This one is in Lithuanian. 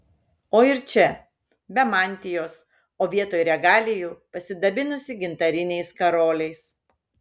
o ir čia be mantijos o vietoj regalijų pasidabinusi gintariniais karoliais